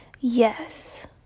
Yes